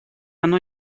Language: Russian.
оно